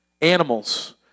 Animals